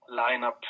lineup